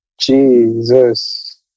Jesus